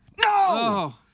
No